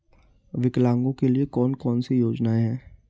विकलांगों के लिए कौन कौनसी योजना है?